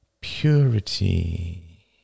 Purity